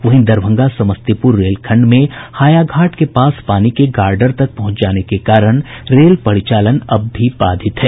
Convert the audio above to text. वहीं दरभंगा समस्तीपुर रेलखंड में हायाघाट के पास पानी के गार्डर तक पहुंच जाने के कारण रेल परिचालन अब भी बाधित है